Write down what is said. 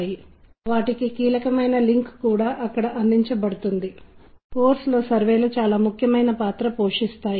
మనం విషయాలను గ్రహించడంలో మరియు మనం విషయాలను అర్థం చేసుకోవడంలో ధ్వని చాలా ముఖ్యమైన పాత్ర పోషిస్తుంది